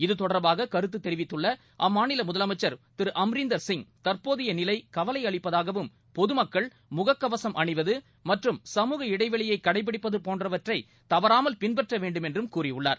இது தொடர்பாக கருத்து தெரிவித்துள்ள அம்மாநில முதலமைச்சர் திரு அம்ரிந்தர் சிங் தற்போதைய நிலை கவலை அளிப்பதாகவும் பொது மக்கள் முகக்கவசும் அணிவது மற்றும் சமூக இடைவெளியை கடைபிடிப்பது போன்றவற்றை தவறாமல் பின்பற்ற வேண்டும் என்றும் கூறியுள்ளார்